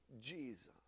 Jesus